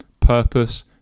Purpose